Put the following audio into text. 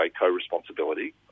co-responsibility